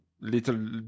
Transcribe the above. little